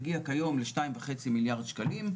הגיע כיום ל-2.5 מיליארד שקלים,